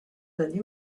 donné